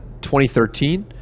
2013